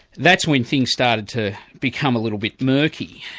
that's when things started to become a little bit murky,